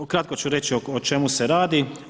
Ukratko ću reći o čemu se radi.